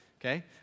okay